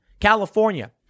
California